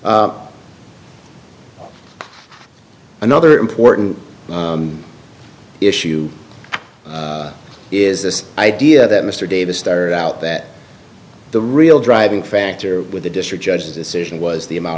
another important issue is this idea that mr davis started out that the real driving factor with the district judge's decision was the amount